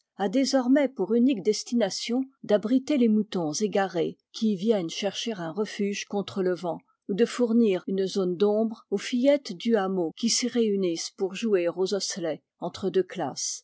a désormais pour unique destination d'abriter les moutons égarés qui y viennent chercher un refuge contre le vent ou de fournir une zone d'ombre aux fillettes du hameau qui s'y réunissent pour jouer aux osselets entre deux classes